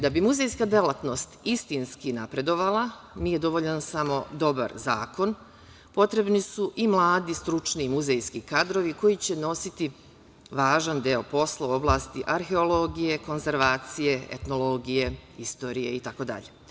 Da bi muzejska delatnost istinski napredovala, nije dovoljan samo dobar zakon, potrebni su i mladi stručni muzejski kadrovi koje će nositi važan deo posla u oblasti arheologije, konzervacije, etnologije, istorije, itd.